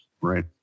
right